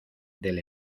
del